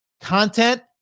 content